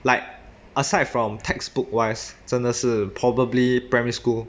like aside from textbook wise 真的是 probably primary school